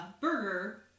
burger